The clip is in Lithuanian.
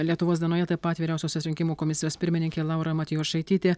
lietuvos dienoje taip pat vyriausiosios rinkimų komisijos pirmininkė laura matjošaitytė